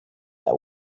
that